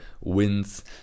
wins